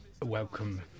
Welcome